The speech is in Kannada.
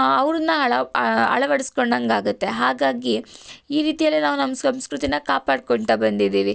ಅವ್ರನ್ನು ಅಳ ಅಳವಡಿಸ್ಕೊಂಡಂಗೆ ಆಗುತ್ತೆ ಹಾಗಾಗಿ ಈ ರೀತಿಯಲ್ಲಿ ನಾವು ನಮ್ಮ ಸಂಸ್ಕೃತಿ ಕಾಪಾಡಿಕೊಳ್ತ ಬಂದಿದೀವಿ